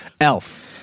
Elf